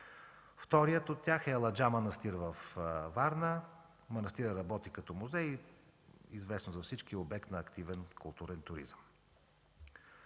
Вторият от тях е „Аладжа манастир” във Варна. Манастирът работи като музей и, известно на всички, е обект на активен културен туризъм.